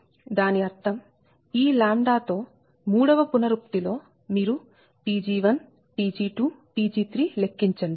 దాని అర్థం ఈ తో మూడవ పునరుక్తి లో మీరు Pg1 Pg2Pg3 లెక్కించండి